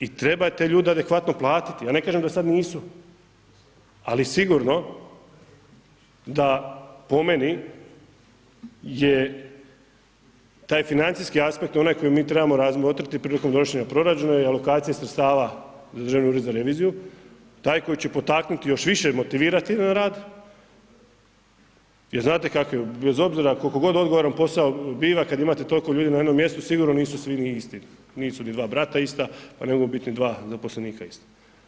I treba te ljude adekvatno platiti, ja ne kažem da sada nisu, ali sigurno da po meni je taj financijski aspekt onaj koji mi trebamo razmotriti prilikom donošenja proračuna i alokacije sredstava za Državni ured za reviziju, taj koji će potaknuti još više motivirati rad, jer znate kako je, bez obzira kolko god odgovoran posao biva kad imate toliko ljudi na jednom mjestu sigurno nisu svi isti, nisu ni dva brata ista, pa ne mogu biti ni dva zaposlenika ista.